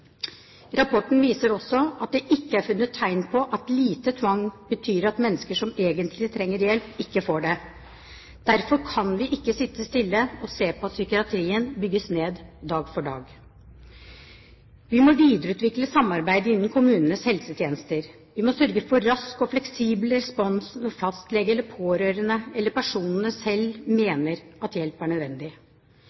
Rapporten viser også at det ikke er funnet tegn på at lite tvang betyr at mennesker som egentlig trenger hjelp, ikke får det. Derfor kan vi ikke sitte stille og se på at psykiatrien bygges ned dag for dag. Vi må videreutvikle samarbeidet innen kommunenes helsetjenester, og vi må sørge for rask og fleksibel respons når fastlege eller pårørende eller personene selv